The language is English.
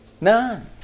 None